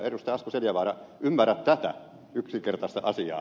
asko seljavaara ymmärrä tätä yksinkertaista asiaa